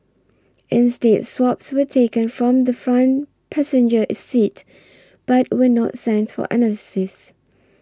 instead swabs were taken from the front passenger seat but were not sent for analysis